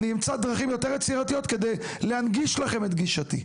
אני אמצא דרכים יותר יצירתיות כדי להנגיש לכם את גישתי.